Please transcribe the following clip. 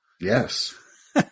Yes